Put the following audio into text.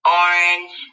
orange